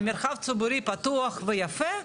עם מרחב ציבורי פתוח ויפה,